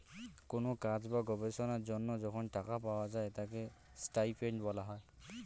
কোন কাজ বা গবেষণার জন্য যখন টাকা পাওয়া যায় তাকে স্টাইপেন্ড বলা হয়